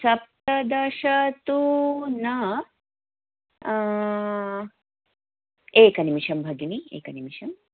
सप्तदश तु न एकनिमेषं भगिनि एकनिमेषम्